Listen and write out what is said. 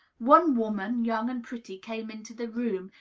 one woman, young and pretty, came into the room,